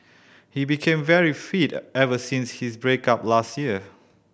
he became very fit ever since his break up last year